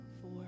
four